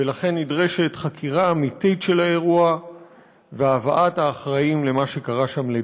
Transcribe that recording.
ולכן נדרשת חקירה אמיתית של האירוע והבאת האחראים למה שקרה שם לדין.